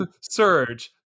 surge